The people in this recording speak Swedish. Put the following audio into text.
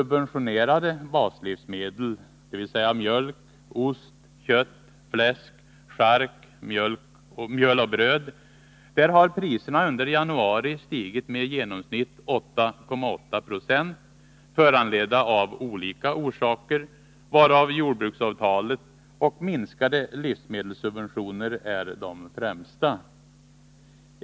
bröd — har priserna under januari stigit med i genomsnitt 8,8 26, föranlett av olika orsaker, varav jordbruksavtalet och minskade livsmedelssubventioner är de främsta.